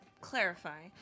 clarify